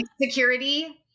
Security